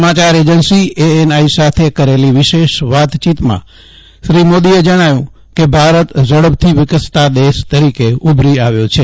સમાચાર agency ANI સાથે કરેલી વિશેષ વાતચીતમાં શ્રી મોદીએ જણાવ્યું કે ભારત ઝડપથી વિકસતા દેશ તરીકે ઉભરી આવ્યો છે